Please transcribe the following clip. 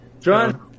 John